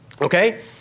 Okay